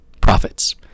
profits